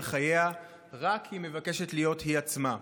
חייה רק כי היא מבקשת להיות היא עצמה.